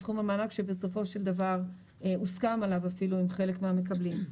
מסכום המענק שבסופו של דבר הוסכם עליו אפילו עם חלק מהמקבלים.